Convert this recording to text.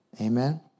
Amen